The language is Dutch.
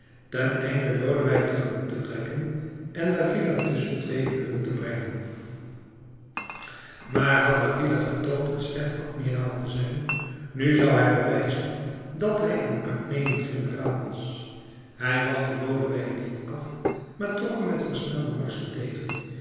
teneinde lodewijk tegemoet te trekken en d'avila tusschen twee vuren te brengen maar had d'avila getoond een slecht admiraal te zijn nu zou hij bewijzen dat hij een uitnemend generaal was hij wachtte lodewijk niet af maar trok hem met versnelde marschen tegen